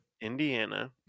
Indiana